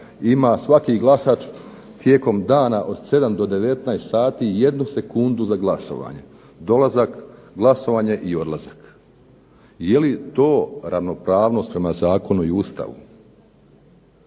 ima svaki glasač tijekom dana od 7 do 19 sati jednu sekundu za glasovanje. Dolazak, glasovanje i odlazak. Je li to ravnopravnost prema zakonu i Ustavu?